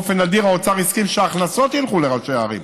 באופן נדיר האוצר הסכים שההכנסות ילכו לראשי הערים,